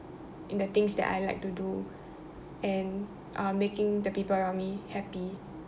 in the things that I like to do and uh making the people around me happy